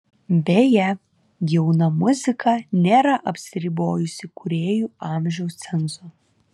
beje jauna muzika nėra apsiribojusi kūrėjų amžiaus cenzu